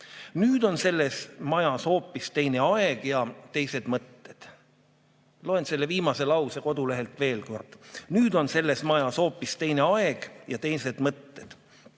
Nüüd on selles majas hoopis teine aeg ja teised mõtted." Loen selle viimase lause kodulehelt veel kord: "Nüüd on selles majas hoopis teine aeg ja teised mõtted."